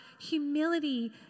humility